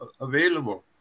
available